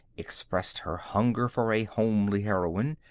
expressed her hunger for a homely heroine,